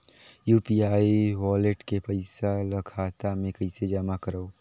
UPI wallet के पईसा ल खाता मे कइसे जमा करव?